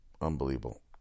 unbelievable